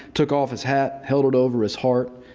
took off his hat, held it over his heart.